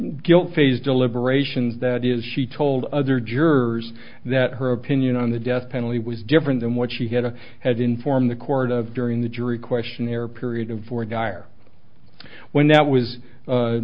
guilt phase deliberations that is she told other jurors that her opinion on the death penalty was different than what she had a had informed the court of during the jury questionnaire period of four geir when that was